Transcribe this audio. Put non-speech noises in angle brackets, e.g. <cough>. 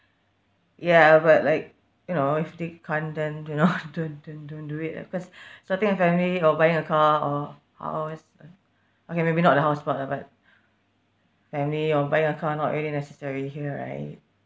ya but like you know if they can't then you know <laughs> don't don't don't do it ah cause <breath> starting a family or buying a car or are always uh okay maybe not the house part lah but family or buying a car not really necessary here right